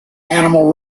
animal